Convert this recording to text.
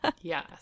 yes